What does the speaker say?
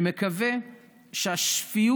אני מקווה שהשפיות